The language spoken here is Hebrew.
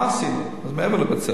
מה עשינו מעבר לבית-ספר.